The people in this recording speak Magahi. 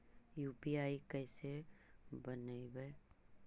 यु.पी.आई कैसे बनइबै?